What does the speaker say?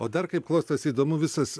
o dar kaip klostosi įdomu visas